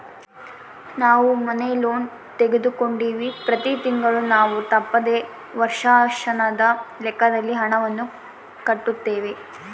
ನಾವು ಮನೆ ಲೋನ್ ತೆಗೆದುಕೊಂಡಿವ್ವಿ, ಪ್ರತಿ ತಿಂಗಳು ನಾವು ತಪ್ಪದೆ ವರ್ಷಾಶನದ ಲೆಕ್ಕದಲ್ಲಿ ಹಣವನ್ನು ಕಟ್ಟುತ್ತೇವೆ